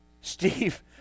Steve